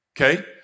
Okay